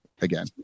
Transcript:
Again